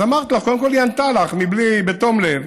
אז אמרתי לך: קודם כול, היא ענתה לך בתום לב,